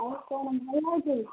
ଆଉ କ'ଣ ଭାଇ ନାହାନ୍ତି